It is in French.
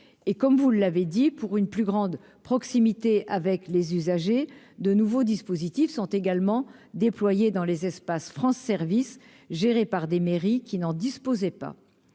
et comme vous l'avez dit, pour une plus grande proximité avec les usagers, de nouveaux dispositifs sont également déployés dans les espaces France services gérés par des mairies qui n'en disposaient pas